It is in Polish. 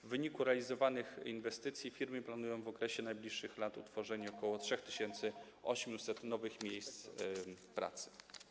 W wyniku realizowanych inwestycji firmy planują w okresie najbliższych lat utworzenie ok. 3800 nowych miejsc pracy.